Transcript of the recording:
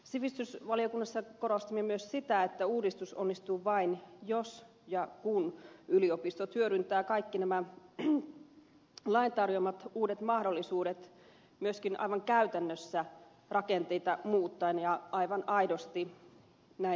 sivistysvaliokunnassa korostimme myös sitä että uudistus onnistuu vain jos ja kun yliopistot hyödyntävät kaikki nämä lain tarjoamat uudet mahdollisuudet myöskin aivan käytännössä rakenteita muuttaen ja aivan aidosti näin tapahtuisi